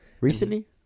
Recently